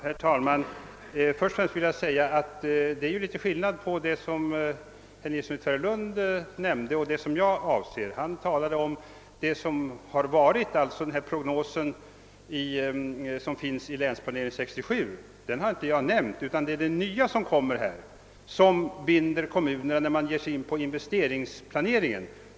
Herr talman! Först skulle jag vilja framhålla att det är litet skillnad mellan vad herr Nilsson i Tvärålund och jag avser. Han talade om det som har varit, d.v.s. om prognosen i länsplanering 67, men jag har inte berört denna utan talade om det nya som skall komma och som binder kommunerna när det gäller investeringsplaneringen.